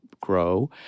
grow